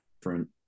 different